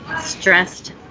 stressed